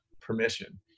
permission